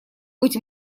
быть